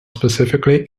specifically